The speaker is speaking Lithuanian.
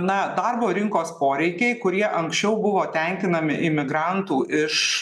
na darbo rinkos poreikiai kurie anksčiau buvo tenkinami imigrantų iš